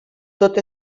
tot